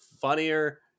funnier